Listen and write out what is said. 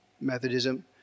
Methodism